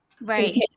Right